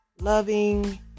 loving